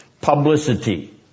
Publicity